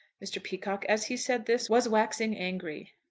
mr. peacocke, as he said this, was waxing angry.